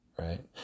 Right